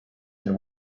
and